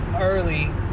early